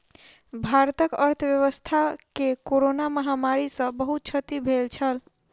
भारतक अर्थव्यवस्था के कोरोना महामारी सॅ बहुत क्षति भेल छल